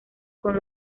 con